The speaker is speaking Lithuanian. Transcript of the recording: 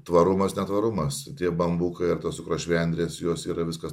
tvarumas netvarumas tie bambukai ar tos sukrašvendrės jos yra viskas